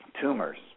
tumors